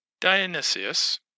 Dionysius